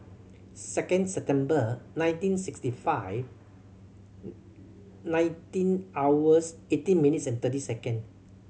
second September nineteen sixty five nineteen hours eighteen minutes and thirty second